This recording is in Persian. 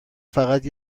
فقط